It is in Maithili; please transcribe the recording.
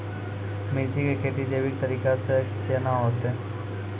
मिर्ची की खेती जैविक तरीका से के ना होते?